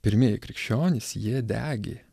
pirmieji krikščionys jie degė